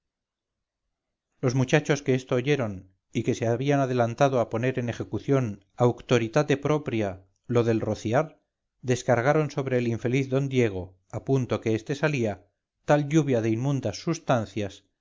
los muchachos que esto oyeron y que se habían adelantado a poner en ejecución auctoritate propria lo del rociar descargaron sobre el infeliz d diego a punto que este salía tal lluvia de inmundas sustancias